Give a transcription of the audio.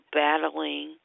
battling